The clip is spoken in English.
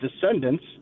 descendants